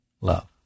love